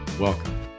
Welcome